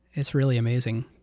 it's really amazing.